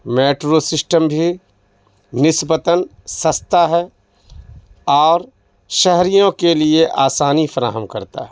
metro system بھی نسبتاً سستا ہے اور شہریوں کے لیے آسانی فراہم کرتا ہے